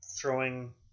throwing